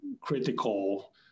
critical